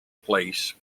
place